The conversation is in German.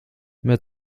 mehr